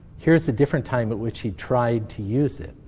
here's a different time at which she tried to use it.